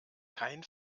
kein